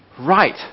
right